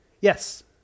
Yes